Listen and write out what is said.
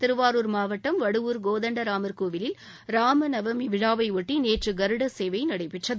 திருவாரூர் மாவட்டம் வடுவூர் கோதண்ட ராமர் கோவிலில் ராம நவமி விழாவை ஒட்டி நேற்று கருடசேவை நடைபெற்றது